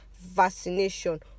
vaccination